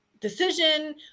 decision